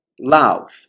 Love